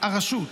הרשות